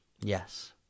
Yes